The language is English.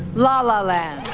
la la land.